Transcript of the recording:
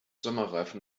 sommerreifen